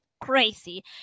Crazy